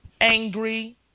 angry